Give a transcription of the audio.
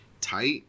tight